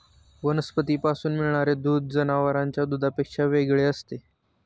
वनस्पतींपासून मिळणारे दूध जनावरांच्या दुधापेक्षा वेगळे असते